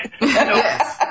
Yes